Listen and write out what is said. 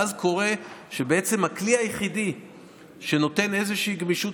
ואז קורה שהכלי היחיד שנותן איזושהי גמישות